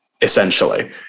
essentially